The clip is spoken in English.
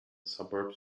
suburbs